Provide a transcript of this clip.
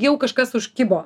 jau kažkas užkibo